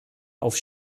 auf